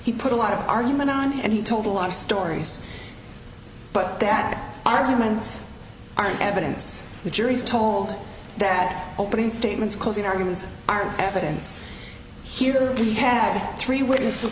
he put a lot of argument on and he told a lot of stories but that arguments are evidence the jury is told that opening statements closing arguments are evidence here that he had three witnesses